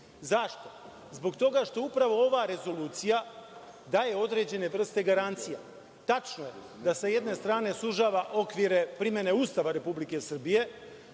Zašto? Zbog toga, što uprava ova rezolucija daje određene vrste garancija. Tačno je da sa jedne strane sužava okvire primene Ustava Republike Srbije